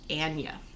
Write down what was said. Anya